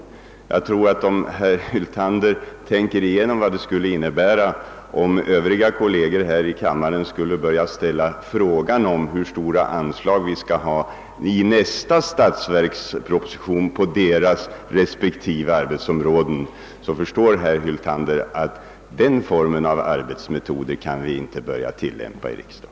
Om herr Hyltander tänker igenom vad det skulle innebära, om hans Övriga kolleger i kammaren skulle börja fråga hur stora anslag vi skall ha i nästa statsverksproposition på deras respektive arbetsområden, förstår herr Hyltander säkerligen att han inte kan få ett annorlunda svar.